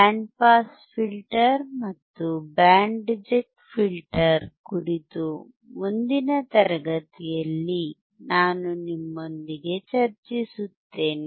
band pass filter ಮತ್ತು band reject filter ಕುರಿತು ಮುಂದಿನ ತರಗತಿಯಲ್ಲಿ ನಾನು ನಿಮ್ಮೊಂದಿಗೆ ಚರ್ಚಿಸುತ್ತೇನೆ